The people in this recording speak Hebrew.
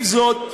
עם זאת,